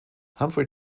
humphrey